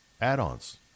add-ons